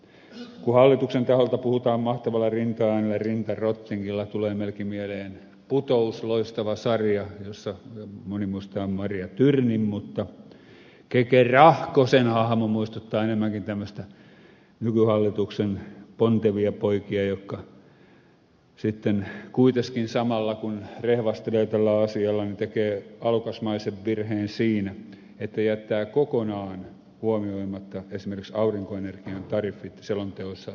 kun hallituksen taholta puhutaan mahtavalla rintaäänellä rinta rottingilla tulee melkein mieleen loistava sarja putous josta moni muistaa marja tyrnin mutta kete rahkosen hahmo muistuttaa enemmänkin tämmöisiä nykyhallituksen pontevia poikia jotka sitten kuiteskin samalla kun rehvastelevat tällä asialla tekevät alokasmaisen virheen siinä että jättävät kokonaan huomioimatta esimerkiksi aurinkoenergian tariffit selonteossaan ja päätöksissään